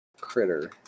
critter